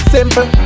Simple